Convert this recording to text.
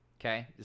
Okay